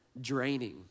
draining